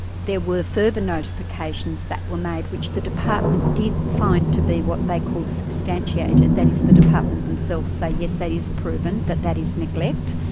there were further notifications that were made which the department did find to be what they call substantiated that is, the department themselves say, yes, that is proven that that is neglect',